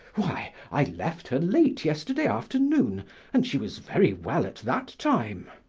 why, i left her late yesterday afternoon and she was very well at that time!